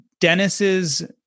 Dennis's